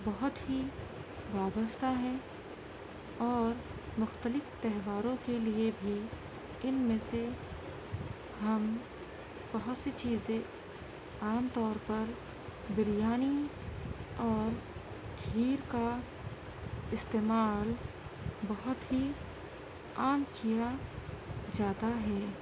بہت ہی وابستہ ہیں اور مختلف تہواروں کے لیے بھی ان میں سے ہم بہت سی چیزیں عام طور پر بریانی اور کھیر کا استعمال بہت ہی عام کیا جاتا ہے